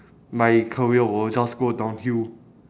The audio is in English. my career will just go downhill